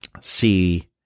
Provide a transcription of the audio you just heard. See